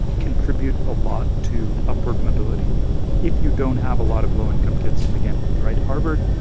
contribute a lot to upward mobility if you don't have a lot of low-income kids to begin with, right? harvard,